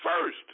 first